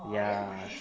ya